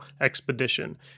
expedition